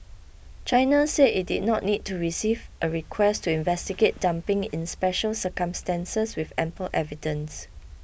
China said it did not need to receive a request to investigate dumping in special circumstances with ample evidence